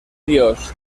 dios